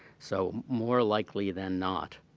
so more likely than not,